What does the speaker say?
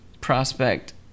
prospect